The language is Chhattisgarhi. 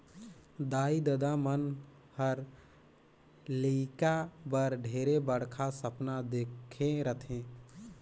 दाई ददा मन हर लेइका बर ढेरे बड़खा सपना देखे रथें